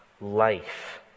life